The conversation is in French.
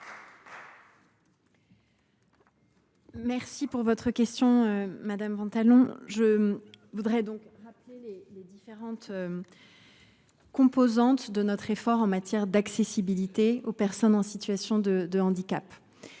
remercie de votre question, madame Ventalon. Je souhaite rappeler les différentes composantes de notre effort en matière d’accessibilité aux personnes en situation de handicap.